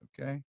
Okay